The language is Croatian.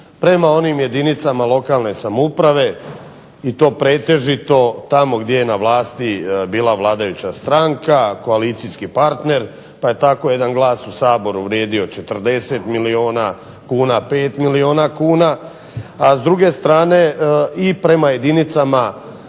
prema onim jedinicama lokalne samouprave i to pretežito tamo gdje je na vlasti bila vladajuća stranka, koalicijski partner, pa je tako jedan glas u Saboru vrijedio 40 milijuna kuna, 5 milijuna kuna. A s druge strane i prema jedinicama